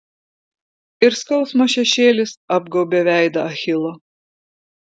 ir skausmo šešėlis apgaubė veidą achilo